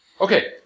Okay